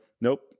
nope